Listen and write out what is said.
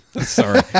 sorry